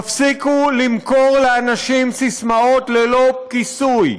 תפסיקו למכור לאנשים סיסמאות ללא כיסוי.